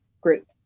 group